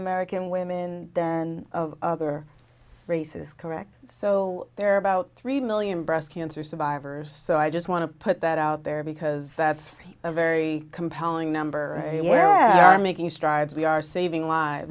american women then of other races correct so there are about three million breast cancer survivors so i just want to put that out there because that's a very compelling number and where i am making strides we are saving